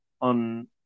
on